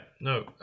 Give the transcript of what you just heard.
no